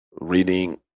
Reading